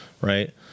right